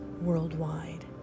worldwide